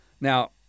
Now